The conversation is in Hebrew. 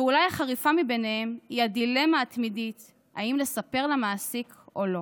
ואולי החריף שבהם הוא הדילמה התמידית אם לספר למעסיק או לא.